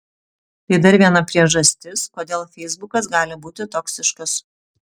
tai dar viena priežastis kodėl feisbukas gali būti toksiškas